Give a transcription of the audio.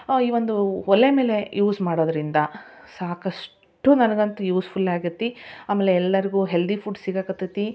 ಈ ಒಂದು ಒಲೆ ಮೇಲೆ ಯೂಸ್ ಮಾಡೋದರಿಂದ ಸಾಕಷ್ಟು ನನಗಂತೂ ಯೂಸ್ಫುಲ್ ಆಗೇತಿ ಆಮೇಲೆ ಎಲ್ಲರಿಗೂ ಹೆಲ್ದಿ ಫುಡ್ ಸಿಗೋಕತ್ತತಿ